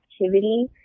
activity